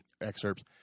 excerpts